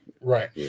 Right